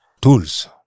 tools